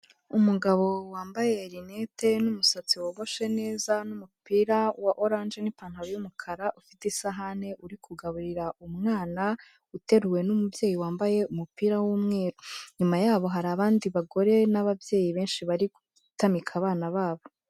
Umugabo wambaye lunette n'umusatsi wogoshe neza n'umupira wa oranje n'ipantaro y'umukara ufite isahane, uri kugaburira umwana, uteruwe n'umubyeyi wambaye umupira w'umweru. Inyuma yaho hari abandi bagore n'ababyeyi benshi bari gutamika abana babo.